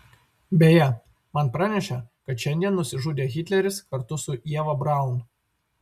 beje man pranešė kad šiandien nusižudė hitleris kartu su ieva braun